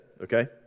okay